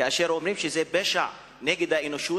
כאשר אומרים שזה פשע נגד האנושות,